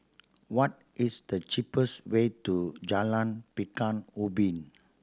what is the cheapest way to Jalan Pekan Ubin